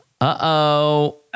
uh-oh